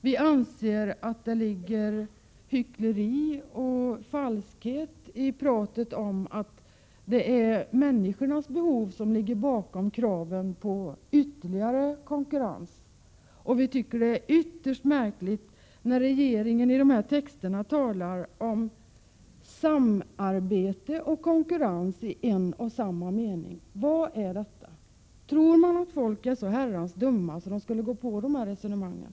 Vi anser att det ligger hyckleri och falskhet bakom talet om att det är människornas behov som skulle föranleda kravet på ytterligare konkurrens. Vi tycker att det är ytterst märkligt när regeringen i sina texter i en och samma mening talar om samarbete och konkurrens. Vad är detta? Tror man att människor är så herrans dumma att de skulle tro på det resonemanget?